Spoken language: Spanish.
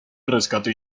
rescate